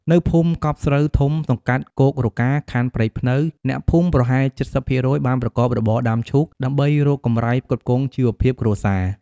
នៅភូមិកប់ស្រូវធំ សង្កាត់គោករកា ខណ្ឌព្រែកព្នៅ អ្នកភូមិប្រហែល៧០% បានប្រកបរបរដាំឈូក ដើម្បីរកកម្រៃផ្គត់ផ្គង់ជីវភាពគ្រួសារ ។